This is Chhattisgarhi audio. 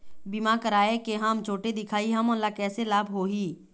बीमा कराए के हम छोटे दिखाही हमन ला कैसे लाभ होही?